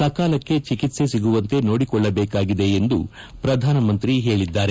ಸಕಾಲಕ್ಕೆ ಚಿಕಿತ್ಸೆ ಸಿಗುವಂತೆ ನೋಡಿಕೊಳ್ಳಬೇಕಾಗಿದೆ ಎಂದು ಪ್ರಧಾನಮಂತ್ರಿ ಹೇಳಿದ್ದಾರೆ